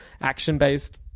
action-based